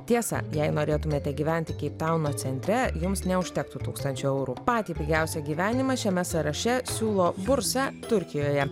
tiesa jei norėtumėte gyventi keiptauno centre jums neužtektų tūkstančio eurų patį pigiausią gyvenimą šiame sąraše siūlo bursa turkijoje